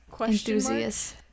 enthusiasts